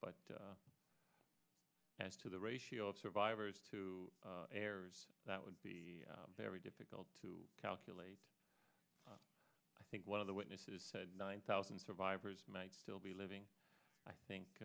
but as to the ratio of survivors to errors that would be very difficult to calculate i think one of the witnesses said nine thousand survivors might still be living i